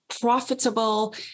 profitable